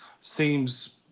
seems